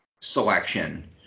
selection